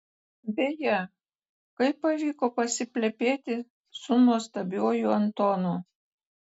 beje kaip pavyko pasiplepėti su nuostabiuoju antonu